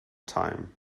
time